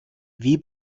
wie